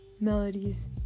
melodies